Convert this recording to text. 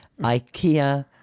Ikea